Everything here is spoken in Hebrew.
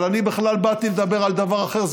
אבל אני בכלל באתי לדבר על דבר אחר.